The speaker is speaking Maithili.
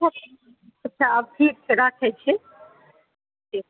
अच्छा ठीक छै राखै छी ठीक